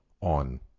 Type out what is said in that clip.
on